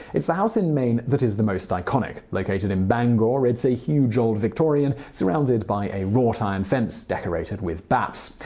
it's the house in maine that is most iconic. located in bangor, it's a huge old victorian surrounded by a wrought iron fence decorated with bats.